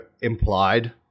implied